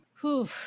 Whew